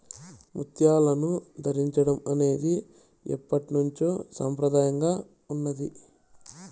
ముత్యాలను ధరించడం అనేది ఎప్పట్నుంచో సంప్రదాయంగా ఉన్నాది